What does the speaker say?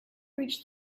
reached